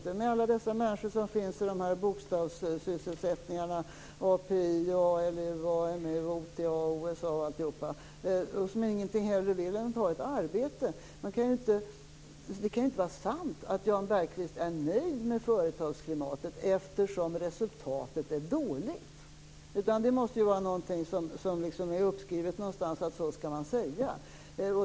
Vi har också alla dessa människor som finns i bokstavssysselsättningar - API, ALU, AMU, OTA och OSA - som ingenting hellre vill än att ta ett arbete. Det kan ju inte vara sant att Jan Bergqvist är nöjd med företagsklimatet eftersom resultatet är dåligt. Det måste vara uppskrivet någonstans att så skall man säga.